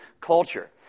culture